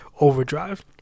Overdrive